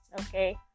okay